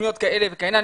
תוכניות כאלה וכאלה.